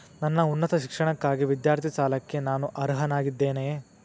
ನನ್ನ ಉನ್ನತ ಶಿಕ್ಷಣಕ್ಕಾಗಿ ವಿದ್ಯಾರ್ಥಿ ಸಾಲಕ್ಕೆ ನಾನು ಅರ್ಹನಾಗಿದ್ದೇನೆಯೇ?